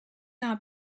not